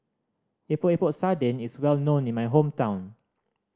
Epok Epok Sardin is well known in my hometown